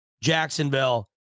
Jacksonville